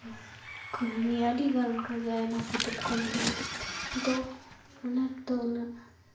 ᱠᱟᱹᱦᱱᱤ ᱟᱹᱰᱤᱜᱟᱱ ᱚᱱᱠᱟᱜᱮ ᱟᱭᱢᱟ ᱯᱚᱛᱚᱵ ᱠᱚ ᱢᱮᱱᱟᱜᱼᱟ ᱟᱫᱚ ᱚᱱᱟᱫᱚ ᱩᱱᱟᱹᱜ